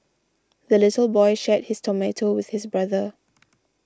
the little boy shared his tomato with his brother